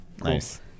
Nice